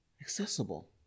accessible